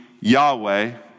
Yahweh